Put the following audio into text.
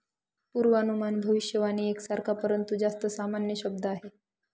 पूर्वानुमान भविष्यवाणी एक सारखा, परंतु जास्त सामान्य शब्द आहे